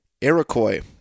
Iroquois